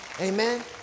Amen